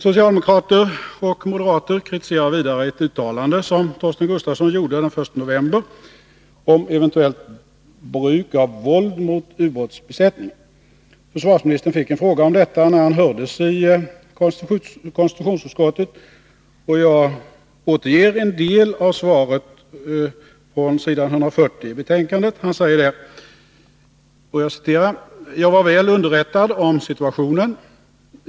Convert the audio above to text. Socialdemokrater och moderater kritiserar vidare ett uttalande som Torsten Gustafsson gjorde den 1 november om eventuellt bruk av våld mot ubåtsbesättningen. Försvarsministern fick en fråga om detta när han hördes i konstitutionsutskottet. Jag återger en del av svaret från s. 140 i betänkandet: ”Jag var väl underrättad om situationen.